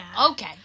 Okay